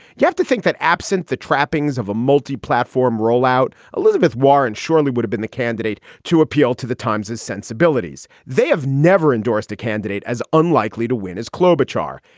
you have to think that absent the trappings of a multi-platform rollout, elizabeth warren surely would have been the candidate to appeal to the times's sensibilities. they have never endorsed a candidate as unlikely to win as klobuchar.